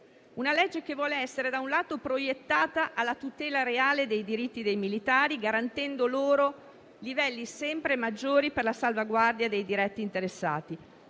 una legge che vuole essere, da un lato, proiettata alla tutela reale dei diritti dei militari, garantendo loro livelli sempre maggiori per la salvaguardia dei diretti interessati,